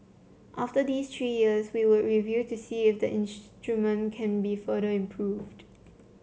after these three years we would review to see if the instrument can be further improved